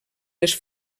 les